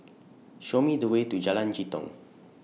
Show Me The Way to Jalan Jitong